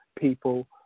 people